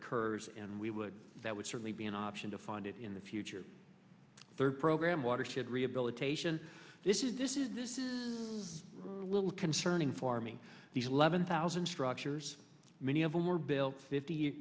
occurs and we would that would certainly be an option to fund it in the future third program watershed rehabilitation this is this is this is a little concerning for me these eleven thousand structures many of them were built fifty